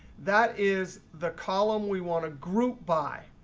that is the column we want to group by.